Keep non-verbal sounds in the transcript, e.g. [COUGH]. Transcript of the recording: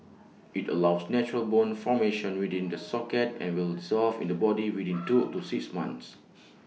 [NOISE] IT allows natural bone formation within the socket and will dissolve in the body within two to six months